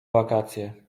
wakacje